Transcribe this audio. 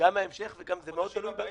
בחודשים הבאים?